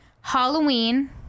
Halloween